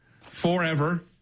forever